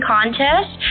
Contest